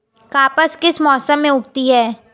कपास किस मौसम में उगती है?